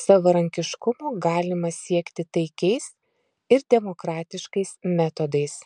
savarankiškumo galima siekti taikiais ir demokratiškais metodais